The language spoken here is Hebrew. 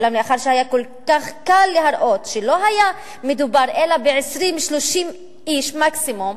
אולם לאחר שהיה כל כך קל להראות שלא היה מדובר אלא ב-20 30 איש מקסימום,